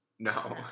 No